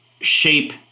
shape